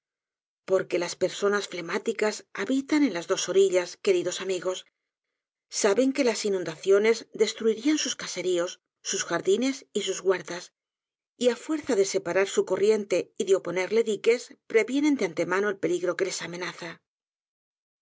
porque las personas flemáticas habitan en las dos orillas queridos amigos saben que las inundaciones destruirían sus caseríos sus jardines y sus huertas y á fuerza de separar su corriente y de oponerle diques previenen de antemano el peligro que les amenaza